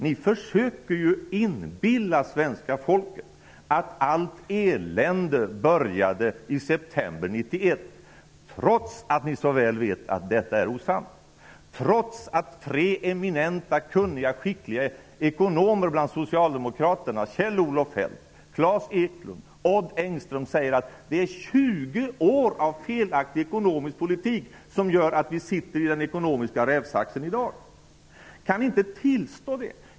Ni försöker att inbilla svenska folket att allt elände började i september 1991, trots att att ni så väl vet att detta är osant, trots att tre eminenta, kunniga och skickliga ekonomer bland socialdemokraterna -- Kjell-Olof Feldt, Klas Eklund och Odd Engström -- säger att det är 20 år av felaktig ekonomisk politik som gör att vi sitter i den ekonomiska rävsaxen i dag. Kan ni inte tillstå detta?